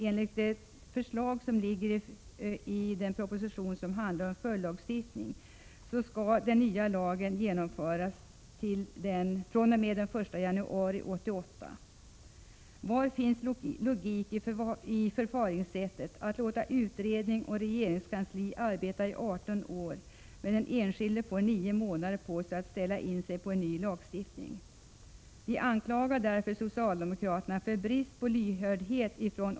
Enligt propositionen om följdlagstiftningen skall den nya lagen genomföras den 1 januari 1988, dvs. inom nio månader. Var finns logiken i förfaringssättet att låta utredning pågå och regeringskansli arbeta i 18 år, medan den enskilde får nio månader på sig att ställa in sig på en ny lagstiftning? Vi från oppositionens sida anklagar socialdemokraterna för brist på lyhördhet.